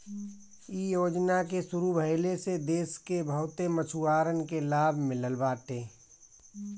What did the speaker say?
इ योजना के शुरू भइले से देस के बहुते मछुआरन के लाभ मिलल बाटे